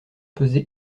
peser